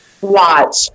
watch